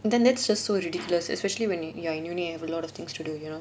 then that's so~ so ridiculous especially when you're in university and have a lot of things to do you know